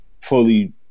fully